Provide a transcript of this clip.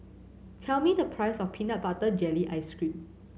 tell me the price of peanut butter jelly ice cream